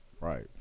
Right